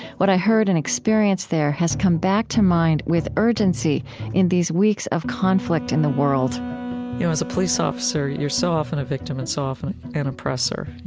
what i heard and experienced there has come back to mind with urgency in these weeks of conflict in the world you know, as a police officer, you're so often a victim and so often an oppressor.